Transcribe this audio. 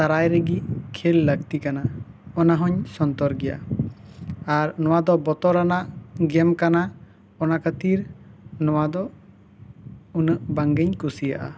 ᱫᱟᱨᱟᱭ ᱨᱮᱜᱮ ᱠᱷᱮᱞ ᱞᱟᱹᱠᱛᱤ ᱠᱟᱱᱟ ᱚᱱᱟ ᱦᱚᱧ ᱥᱚᱱᱛᱚᱨ ᱜᱮᱭᱟ ᱟᱨ ᱱᱚᱣᱟ ᱫᱚ ᱵᱚᱛᱚᱨᱟᱱᱟᱜ ᱜᱮᱢ ᱠᱟᱱᱟ ᱚᱱᱟ ᱠᱷᱟᱹᱛᱤᱨ ᱱᱚᱣᱟ ᱫᱚ ᱩᱱᱟᱹᱜ ᱵᱟᱝ ᱜᱤᱧ ᱠᱩᱥᱤᱭᱟᱜᱼᱟ